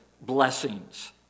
blessings